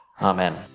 Amen